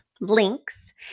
links